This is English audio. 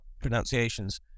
pronunciations